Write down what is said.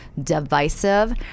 divisive